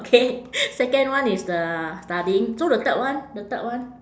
okay second one is the studying so the third one the third one